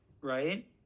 right